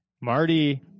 Marty